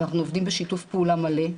אנחנו עובדים בשיתוף פעולה מלא,